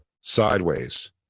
sideways